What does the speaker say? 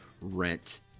rent